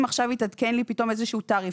אם עכשיו מתעדכן לי פתאום איזה שהוא תעריף.